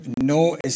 no